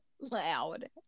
loud